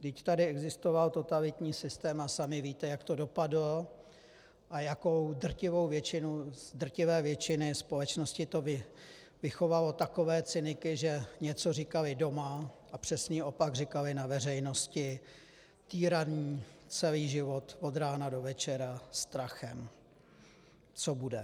Vždyť tady existoval totalitní systém a sami víte, jak to dopadlo a jak z drtivé většiny společnosti to vychovalo takové cyniky, že něco říkali doma a přesný opak říkali na veřejnosti, týraní celý život od rána do večera strachem, co bude.